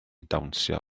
dawnsio